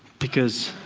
because